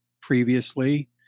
previously